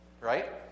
Right